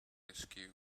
askew